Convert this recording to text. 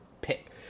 pick